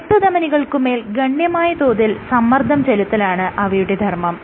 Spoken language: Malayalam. രക്തധമനികൾക്കുമേൽ ഗണ്യമായ തോതിൽ സമ്മർദ്ദം ചെലുത്തലാണ് അവയുടെ ധർമ്മം